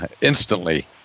instantly